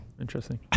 interesting